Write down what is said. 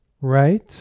right